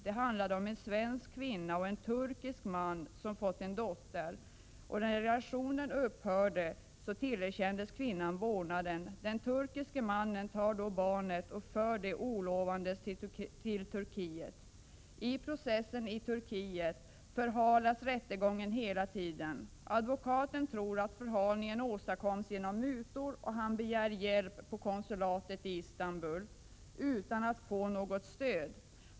Det handlade om en svensk kvinna och en turkisk man som hade fått en dotter. När relationen upphörde tillerkändes kvinnan vårdnaden. Den turkiske mannen tog då barnet och förde det olovandes till Turkiet. I processen i Turkiet förhalas rättegången hela tiden. Advokaten tror att förhalningen åstadkoms genom mutor. Han begär hjälp på konsulatet i Istanbul, utan att få något stöd.